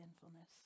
sinfulness